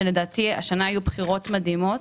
כשלדעתי השנה היו בחירות מדהימות,